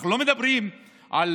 אנחנו לא מדברים על